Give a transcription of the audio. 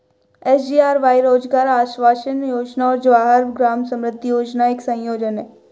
SGRY रोजगार आश्वासन योजना और जवाहर ग्राम समृद्धि योजना का एक संयोजन है